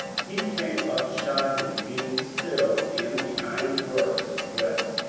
he came up shyly, being still in the iron-works dress,